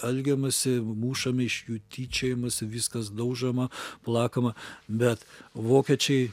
elgiamasi mušami iš jų tyčiojamasi viskas daužoma plakama bet vokiečiai